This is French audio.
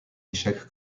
échec